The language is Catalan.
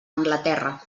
anglaterra